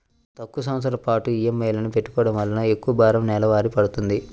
తక్కువ సంవత్సరాల పాటు ఈఎంఐలను పెట్టుకోవడం వలన ఎక్కువ భారం నెలవారీ పడ్తుంది